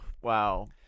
wow